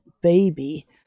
baby